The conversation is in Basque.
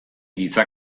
giza